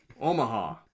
Omaha